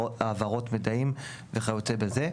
העברות מיידעים וכיוצא בזה.